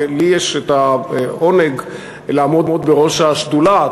ולי יש את העונג לעמוד בראש השדולה,